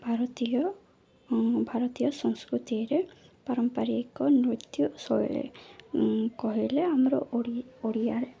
ଭାରତୀୟ ଭାରତୀୟ ସଂସ୍କୃତିରେ ପାରମ୍ପରିକ ନୃତ୍ୟ ଶୈଳୀ କହିଲେ ଆମର ଓଡ଼ିଆରେ